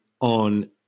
on